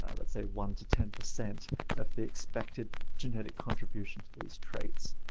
ah let's say one to ten percent of the expected genetic contribution to these traits.